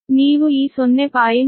ನೀವು ಈ 0